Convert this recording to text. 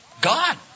God